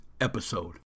episode